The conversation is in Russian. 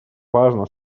важно